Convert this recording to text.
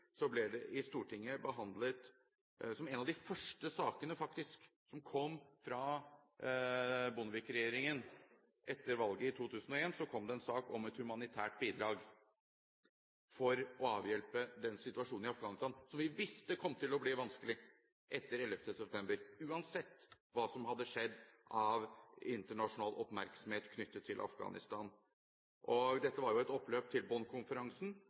ble det i Stortinget behandlet en sak – faktisk en av de første sakene som kom fra Bondevik-regjeringen etter valget i 2001 – om et humanitært bidrag for å avhjelpe den situasjonen i Afghanistan som vi visste kom til å bli vanskelig etter 11. september, uansett hva som hadde skjedd av internasjonal oppmerksomhet knyttet til Afghanistan. Dette var jo et oppløp til